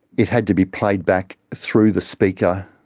it had to be played back through the speaker.